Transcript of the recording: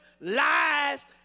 lies